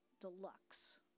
deluxe